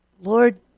Lord